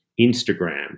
Instagram